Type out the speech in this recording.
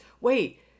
wait